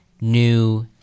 new